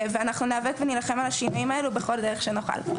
אנחנו ניאבק ונילחם על השינויים האלה בכל דרך שנוכל.